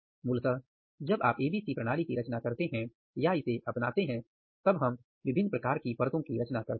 मूलतः जब आप ABC प्रणाली की रचना करते हैं या इसे अपनाते हैं तब हम विभिन्न प्रकार की परतों की रचना करते हैं